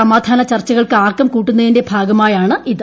സമാധാന ചർച്ചകൾക്ക് ആക്കം കൂട്ടുന്നതിന്റെ ഭാഗമായാണ് ഇത്